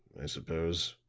i suppose.